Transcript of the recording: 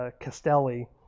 Castelli